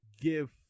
Give